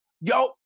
Yo